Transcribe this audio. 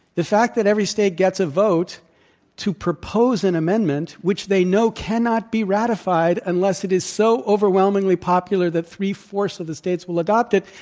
the fact that every state gets a vote to propose an amendment which they know cannot be ratified unless it is so overwhelmingly popular that three-fourths of the states will adopt it,